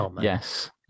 Yes